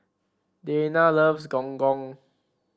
Dayna loves Gong Gong